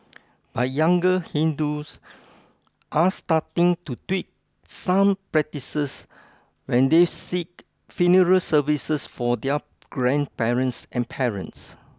but younger Hindus are starting to tweak some practices when they seek funeral services for their grandparents and parents